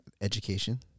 education